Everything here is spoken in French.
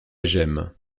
gemme